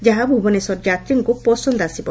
ଯାହା ଭୁବନେଶ୍ୱର ଯାତ୍ରୀଙ୍କୁ ପସନ୍ଦ ଆସିବ